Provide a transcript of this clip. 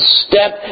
step